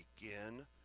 begin